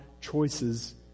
choices